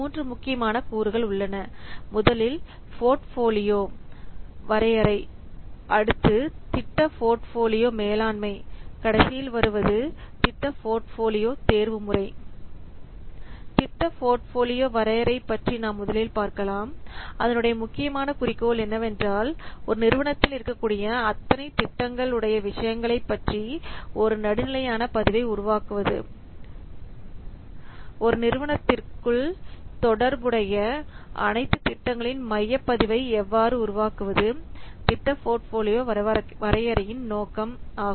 மூன்று முக்கியமான கூறுகள் உள்ளன முதலில் திட்ட போர்ட்போலியோ வரையறை அடுத்து திட்ட போர்ட்ஃபோலியோ மேலாண்மை கடைசியில் வருவது திட்ட போர்ட்போலியோ தேர்வு முறை திட்ட போர்ட்போலியோ வரையறை பற்றி நாம் முதலில் பார்க்கலாம் அதனுடைய முக்கியமான குறிக்கோள் என்னவென்றால் ஒரு நிறுவனத்தில் இருக்கக்கூடிய அத்தனை திட்டங்கள் உடைய விஷயங்களைப் பற்றிய ஒரு நடுநிலையான பதிவை உருவாக்குவது ஒரு நிறுவனத்திற்குள் தொடர்புடைய அனைத்து திட்டங்களின் மைய பதிவை எவ்வாறு உருவாக்குவது திட்ட போர்ட்ஃபோலியோ வரையறையின் நோக்கம் இதுவே